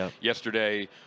yesterday